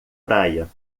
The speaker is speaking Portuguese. praia